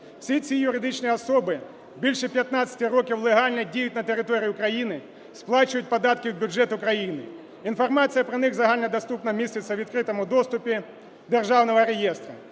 Всі ці юридичні особи більше 15 років легально діють на території України, сплачують податки в бюджет України, інформація про них загальнодоступна, міститься у відкритому доступі державного реєстру